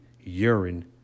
urine